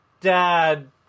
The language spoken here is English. dad